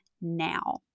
now